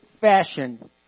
fashion